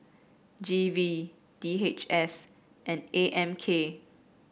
G V D H S and A M K